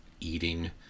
eating